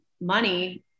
money